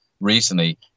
recently